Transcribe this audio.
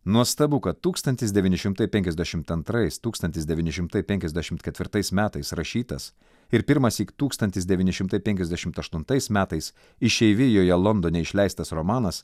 nuostabu kad tūkstantis devyni šimtai penkiasdešimt antrais tūkstantis devyni šimtai penkiasdešimt ketvirtais metais rašytas ir pirmąsyk tūkstantis devyni šimtai penkiasdešimt aštuntais metais išeivijoje londone išleistas romanas